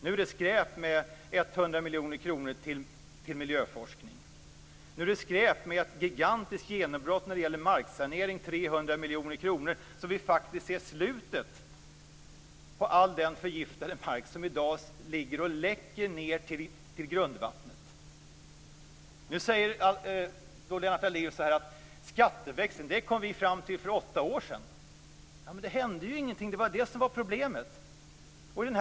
Nu är det skräp med 100 miljoner kronor till miljöforskning. Nu är det skräp med ett gigantiskt genombrott med 300 miljoner kronor till marksanering. Nu kan vi se slutet på all den förgiftade mark som i dag läcker gifter ned till grundvattnet. Lennart Daléus säger att de redan för åtta år sedan kom fram till att det skulle ske en skatteväxling. Men problemet var att det inte hände någonting.